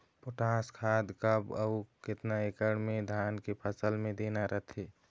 Potash खाद कब अऊ केतना एकड़ मे धान के फसल मे देना रथे?